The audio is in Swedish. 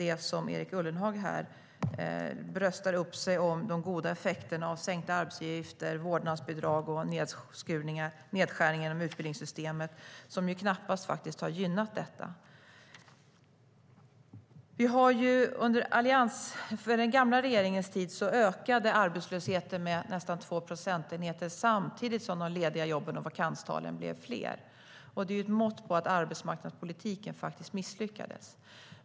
Erik Ullenhag bröstar upp sig i fråga om de goda effekterna av sänkta arbetsgivaravgifter, vårdnadsbidrag och nedskärningar inom utbildningssystemet, som knappast har gynnat detta. Under den gamla regeringens tid ökade arbetslösheten med nästan 2 procentenheter samtidigt som de lediga jobben och vakanstalen blev fler. Det är ett mått på att arbetsmarknadspolitiken faktiskt misslyckades.